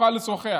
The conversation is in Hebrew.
שיוכל לשוחח.